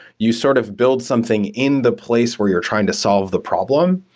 you sort of build something in the place where you're trying to solve the problem.